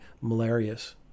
malarious